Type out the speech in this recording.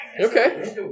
Okay